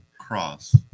cross